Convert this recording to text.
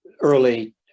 early